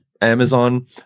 Amazon